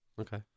okay